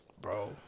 Bro